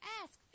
ask